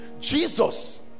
Jesus